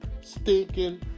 stinking